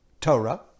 Torah